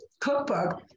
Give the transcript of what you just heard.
cookbook